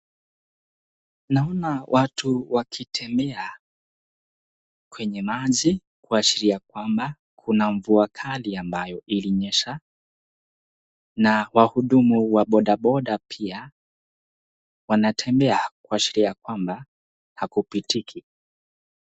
Naona watu wakitembea kwenye maji kuashiria kwamba, navua kali ilionyesha na wahudumu wa boda boda pia wanatembea kuashiria kwamba hakupitiki.